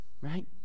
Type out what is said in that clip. Right